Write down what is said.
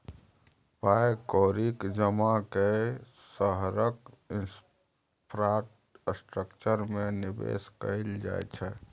पाइ कौड़ीक जमा कए शहरक इंफ्रास्ट्रक्चर मे निबेश कयल जाइ छै